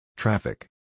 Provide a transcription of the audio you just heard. Traffic